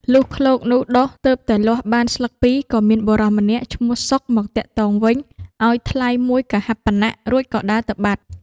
លុះឃ្លោកនោះដុះទើបតែលាស់បានស្លឹកពីរ ក៏មានបុរសម្នាក់ឈ្មោះ សុខ មកទាក់ទងទិញ ឱ្យថ្លៃមួយកហាបណៈ រួចក៏ដើរទៅបាត់។